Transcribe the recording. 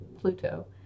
Pluto